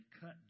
cut